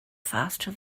faster